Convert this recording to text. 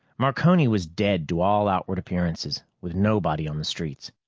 marconi was dead to all outward appearances, with nobody on the streets.